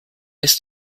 ist